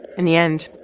in the end,